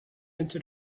into